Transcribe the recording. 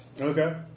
Okay